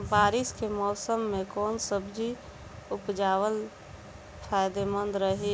बारिश के मौषम मे कौन सब्जी उपजावल फायदेमंद रही?